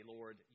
Lord